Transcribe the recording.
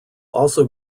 also